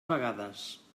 vegades